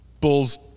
Bulls